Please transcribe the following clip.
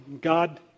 God